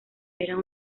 eran